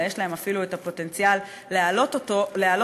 אלא יש להם אפילו פוטנציאל להעלות אותם,